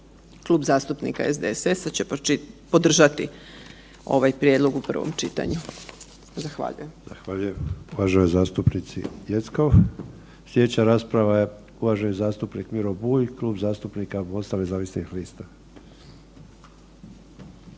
Klub zastupnika SDSS-a će podržati ovaj prijedlog u prvom čitanju. Zahvaljujem. **Sanader, Ante (HDZ)** Zahvaljujem uvaženoj zastupnici Jeckov. Slijedeća rasprava je uvaženi zastupnik Miro Bulj, Klub zastupnika MOST-a nezavisnih lista.